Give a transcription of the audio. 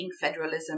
federalism